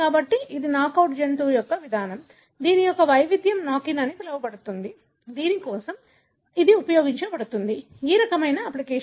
కాబట్టి ఇది నాకౌట్ జంతువు యొక్క విధానం దీని యొక్క వైవిధ్యం నాక్ ఇన్ అని పిలువబడుతుంది దీని కోసం ఇది ఉపయోగించబడుతుంది ఈ రకమైన అప్లికేషన్